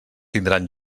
tindran